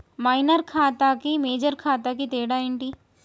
Minor ఖాతా కి major ఖాతా కి తేడా ఏంటి?